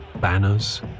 banners